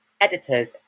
editors